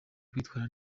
kwitwara